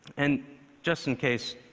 and just in case,